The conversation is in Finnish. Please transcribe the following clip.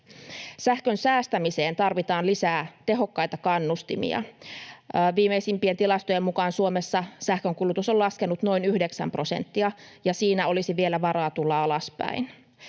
Sähkön säästämiseen tarvitaan lisää tehokkaita kannustimia. Viimeisimpien tilastojen mukaan Suomessa sähkönkulutus on laskenut noin yhdeksän prosenttia, ja siinä olisi vielä varaa tulla alaspäin.